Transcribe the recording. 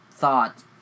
thought